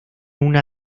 una